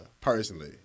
personally